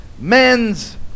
men's